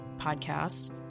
podcast